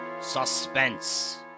suspense